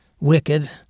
wicked